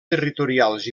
territorials